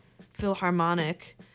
Philharmonic